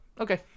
Okay